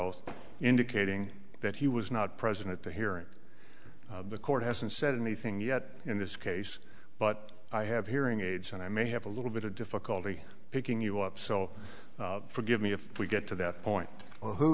oath indicating that he was not present at the hearing the court hasn't said anything yet in this case but i have hearing aids and i may have a little bit of difficulty picking you up so forgive me if we get to that point on who